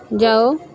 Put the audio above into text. ਜਾਓ